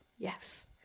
Yes